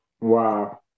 Wow